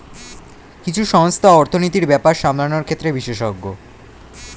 কিছু সংস্থা অর্থনীতির ব্যাপার সামলানোর ক্ষেত্রে বিশেষজ্ঞ